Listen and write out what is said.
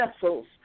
vessels